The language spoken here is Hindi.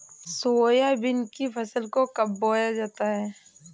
सोयाबीन की फसल को कब बोया जाता है?